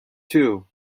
too